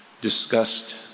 discussed